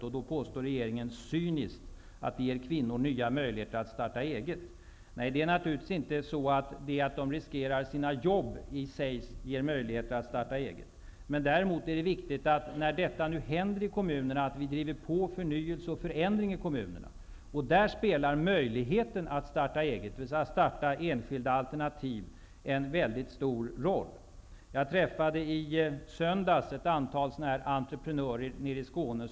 Vidare sade han att regeringen cyniskt påstår att det ger kvinnor nya möjligheter att starta eget. Det är naturligtvis inte så att detta att de riskerar sina jobb i sig, ger möjligheter att starta eget. Det är däremot viktigt att vi driver på förnyelse och förändring i kommunerna när detta nu händer. Där spelar möjligheten att starta eget, dvs. att starta enskilda alternativ, en mycket stor roll. I söndags träffade jag ett antal sådana entreprenörer nere i Skåne.